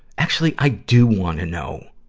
actually, i do wanna know,